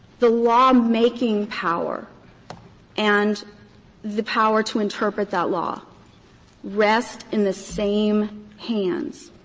the lawmaking power and the power to interpret that law rest in the same hands,